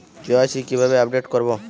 KYC কিভাবে update করব?